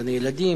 גני-ילדים,